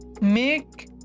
make